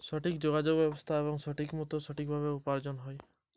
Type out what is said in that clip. দক্ষ বিপণন ব্যবস্থার সুবিধাগুলি কি কি?